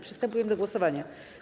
Przystępujemy do głosowania.